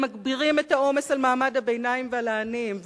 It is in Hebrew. והם מגבירים את העומס על מעמד הביניים ועל העניים,